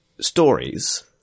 stories